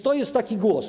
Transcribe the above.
To jest taki głos.